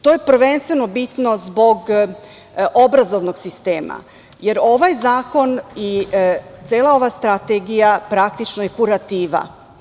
To je prvenstveno bitno zbog obrazovnog sistema, jer ovaj zakon i cela ova strategija praktično je kurativa.